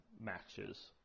matches